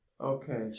Okay